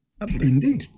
Indeed